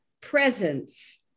presence